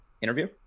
interview